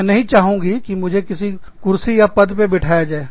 मैं नहीं चाहूँगी कि मुझे किसी कुर्सी पद पर बिठाया जाए